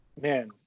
man